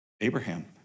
Abraham